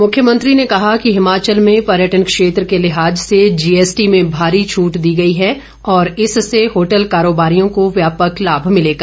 मुख्यमंत्री ने कहा कि हिमाचल में पर्यटन क्षेत्र के लिहाज से जीएसटी में भारी छूट दी गई है और इससे होटल कारोबारियों को व्यापक लाभ भिलेगा